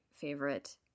favorite